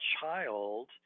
child